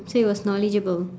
so it was knowledgeable